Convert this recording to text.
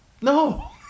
No